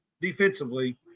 defensively